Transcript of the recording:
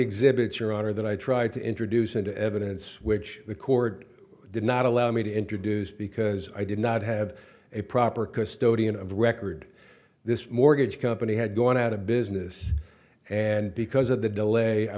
exhibits your honor that i tried to introduce into evidence which the court did not allow me to introduce because i did not have a proper custodian of record this mortgage company had gone out of business and because of the delay i